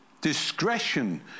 Discretion